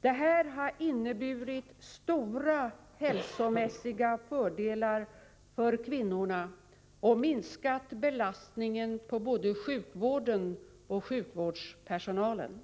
Detta har inneburit stora hälsomässiga fördelar för kvinnorna och minskat belastningen på både sjukvården och sjukvårdspersonalen.